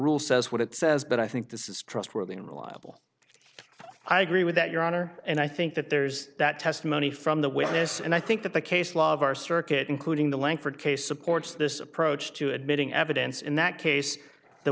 rule says what it says but i think this is trustworthy reliable i agree with that your honor and i think that there's that testimony from the witness and i think that the case law of our circuit including the langford case supports this approach to admitting evidence in that case the